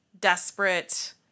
desperate